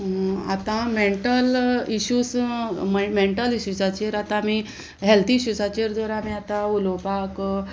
आतां mental issues मॅ mental इश्यूजाचेर आतां आमी हेल्थ इश्यूजाचेर जर आमी आतां उलोवपाक